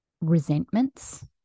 resentments